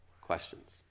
Questions